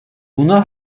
buna